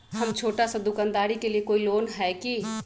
हम छोटा सा दुकानदारी के लिए कोई लोन है कि?